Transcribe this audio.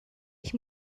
ich